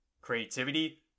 creativity